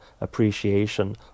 appreciation